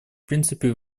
принципе